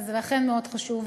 וזה מאוד חשוב.